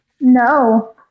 No